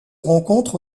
rencontre